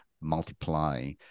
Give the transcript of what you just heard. multiply